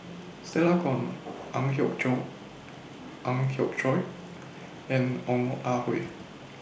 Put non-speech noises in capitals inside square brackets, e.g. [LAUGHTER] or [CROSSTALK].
Stella Kon Ang Hiong [UNINTELLIGIBLE] Ang Hiong Chiok and Ong Ah Hoi